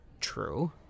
true